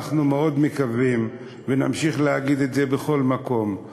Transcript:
אנחנו מאוד מקווים, ונמשיך להגיד את זה בכל מקום: